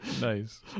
nice